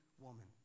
woman